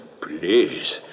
Please